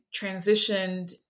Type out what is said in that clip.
transitioned